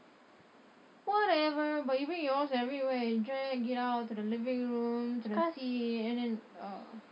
whatever but you bring yours everywhere you drag it out to the living room to the seat and then uh